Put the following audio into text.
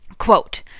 Quote